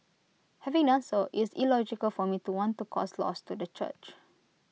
having done so IT is illogical for me to want to cause loss to the church